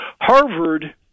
Harvard